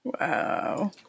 Wow